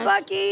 Bucky